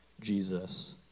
Jesus